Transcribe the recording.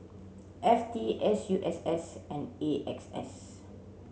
F T S U S S and A X S